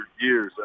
years